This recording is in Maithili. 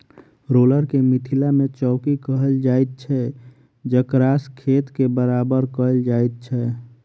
रोलर के मिथिला मे चौकी कहल जाइत छै जकरासँ खेत के बराबर कयल जाइत छै